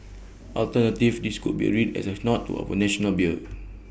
alternatively this could be read as A nod to our national beer